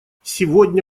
сегодня